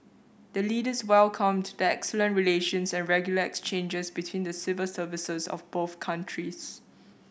the Leaders welcomed the excellent relations and regular exchanges between the civil services of both countries